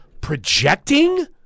projecting